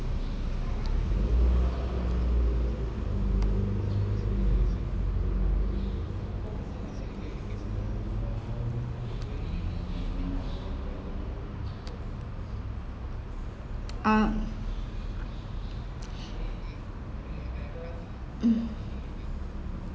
uh mm